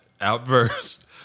outburst